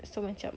so macam